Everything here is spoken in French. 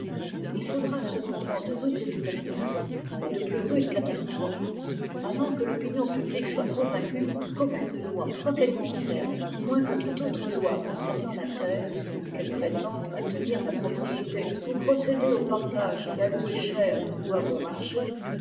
il faudra cependant de rudes expériences et de plus rudes catastrophes avant que l'opinion publique soit convaincue qu'aucune loi quoi qu'elle concerne moins que toute autre une loi concernant la terre qu'elle prétende maintenir la propriété ou procéder au partage la louer cher ou à bon marché